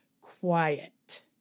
quiet